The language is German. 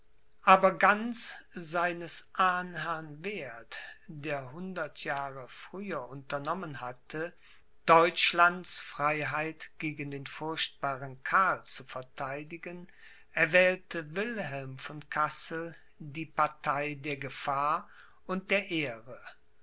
aber ganz seines ahnherrn werth der hundert jahre früher unternommen hatte deutschlands freiheit gegen den furchtbaren karl zu vertheidigen erwählte wilhelm von kassel die partei der gefahr und der ehre